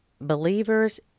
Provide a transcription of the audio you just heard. believers